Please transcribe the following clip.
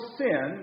sin